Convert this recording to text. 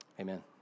amen